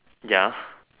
ya